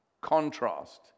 contrast